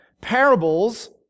parables